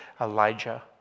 Elijah